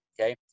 okay